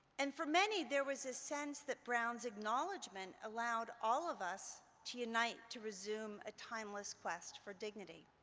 and for many, there was this sense that brown's acknowledgment allowed all of us to unite to resume a timeless quest for dignity.